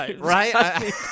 Right